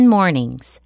Mornings